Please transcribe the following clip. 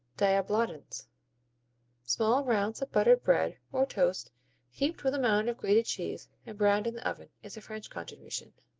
diablotins small rounds of buttered bread or toast heaped with a mound of grated cheese and browned in the oven is a french contribution.